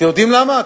אתם יודעים למה?